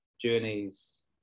journeys